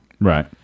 Right